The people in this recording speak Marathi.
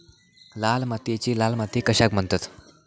लाल मातीयेक लाल माती कशाक म्हणतत?